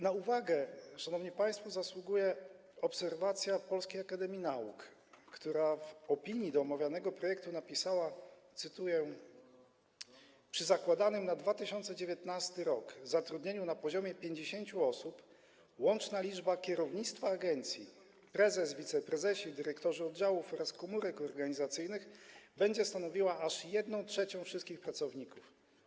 Na uwagę, szanowni państwo, zasługuje obserwacja Polskiej Akademii Nauk, która w opinii dotyczącej omawianego projektu napisała, cytuję: Przy zakładanym na 2019 r. zatrudnieniu na poziomie 50 osób łączna liczba kierownictwa agencji - prezes, wiceprezesi, dyrektorzy oddziałów oraz komórek organizacyjnych - będzie stanowiła, aż 1/3 wszystkich pracowników.